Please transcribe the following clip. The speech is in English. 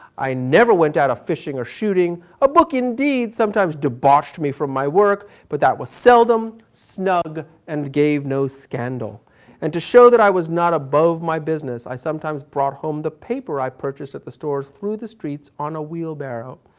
i never went out a fishing or shooting a book, indeed, sometimes debauched me from my work, but that was seldom, snug, and gave no scandal and, to show that i was not above my business, i sometimes brought home the paper i purchased at the stores thro' the streets on a wheelbarrow.